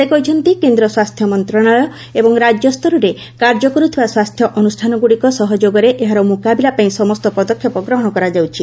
ସେ କହିଛନ୍ତି କେନ୍ଦ୍ର ସ୍ୱାସ୍ଥ୍ୟ ମନ୍ତ୍ରଣାଳୟ ଏବଂ ରାଜ୍ୟସ୍ତରରେ କାର୍ଯ୍ୟ କରୁଥିବା ସ୍ୱାସ୍ଥ୍ୟ ଅନୁଷ୍ଠାନଗୁଡ଼ିକ ସହଯୋଗରେ ଏହାର ମୁକାବିଲା ପାଇଁ ସମସ୍ତ ପଦକ୍ଷେପ ଗ୍ରହଣ କରାଯାଉଛି